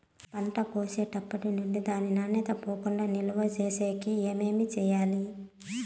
పంట కోసేటప్పటినుండి దాని నాణ్యత పోకుండా నిలువ సేసేకి ఏమేమి చేయాలి?